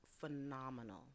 phenomenal